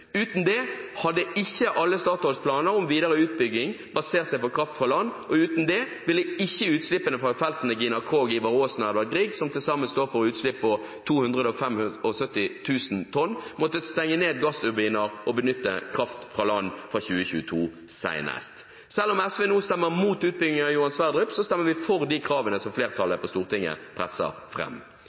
Uten det hadde ikke alle Statoils planer om videre utbygging basert seg på kraft fra land, og uten det ville ikke utslippene fra feltene Gina Krog, Ivar Aasen og Edvard Grieg, som til sammen står for utslipp på 275 000 tonn, måttet stenge ned gassturbiner og benytte kraft fra land fra 2022, senest. Selv om SV nå stemmer imot utbyggingen av Johan Sverdrup, stemmer vi for de kravene som flertallet på Stortinget